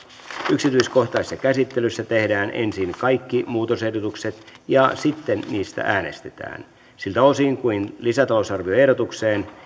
yksityiskohtaisessa käsittelyssä tehdään ensin kaikki muutosehdotukset ja sitten niistä äänestetään siltä osin kuin lisäta lousarvioehdotukseen